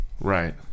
right